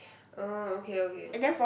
oh okay okay